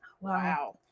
Wow